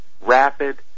rapid